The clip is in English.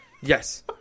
yes